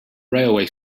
railway